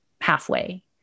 halfway